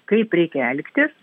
kaip reikia elgtis